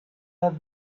have